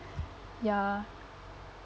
ya